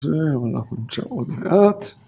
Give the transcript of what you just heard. ‫זהו, אנחנו נצא עוד מעט.